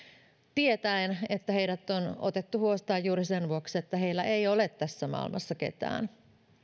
tietäen että heidät on otettu huostaan juuri sen vuoksi että heillä ei ole tässä maailmassa ketään